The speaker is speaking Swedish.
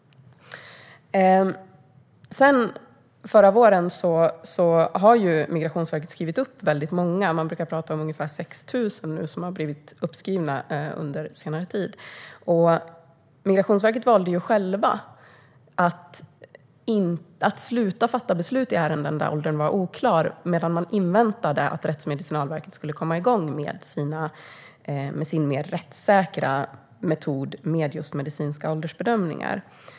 Sedan förra våren har Migrationsverket skrivit upp åldern för väldigt många - man brukar tala om ungefär 6 000 som har blivit uppskrivna under senare tid. Migrationsverket valde självt att sluta fatta beslut i ärenden där åldern var oklar medan man inväntade att Rättsmedicinalverket skulle komma igång med sin mer rättssäkra metod för medicinska åldersbedömningar.